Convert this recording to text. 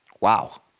Wow